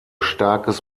starkes